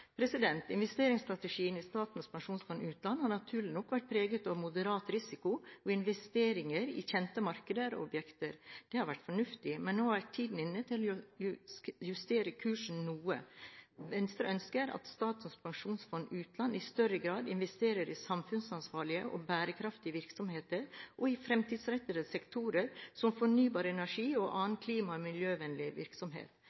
Investeringsstrategien i Statens pensjonsfond utland har naturlig nok vært preget av moderat risiko og investeringer i kjente markeder og objekter. Det har vært fornuftig. Men nå er tiden inne til å justere kursen noe: Venstre ønsker at Statens pensjonsfond utland i større grad investerer i samfunnsansvarlige og bærekraftige virksomheter og i fremtidsrettede sektorer som fornybar energi og